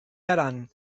aran